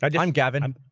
and i'm gavin